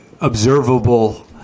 observable